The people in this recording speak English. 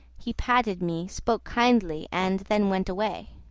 he patted me, spoke kindly, and then went away.